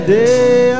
day